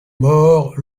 mort